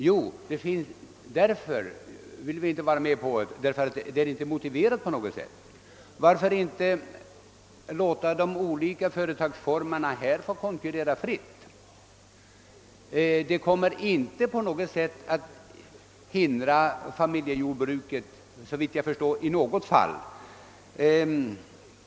Anledningen är att det inte finns något som helst motiv härför. Varför inte låta de olika företagsformerna få konkurrera fritt? En sådan konkurrens kommer inte, såvitt jag förstår, att på något sätt lägga hinder i vägen för familjejordbruket.